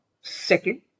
second